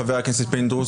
חבר הכנסת פינדרוס,